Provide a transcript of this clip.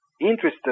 interested